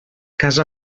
casa